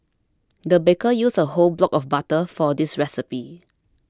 the baker used a whole block of butter for this recipe